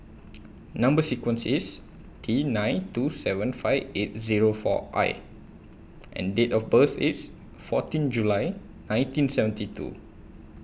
Number sequence IS T nine two seven five eight Zero four I and Date of birth IS fourteen July nineteen seventy two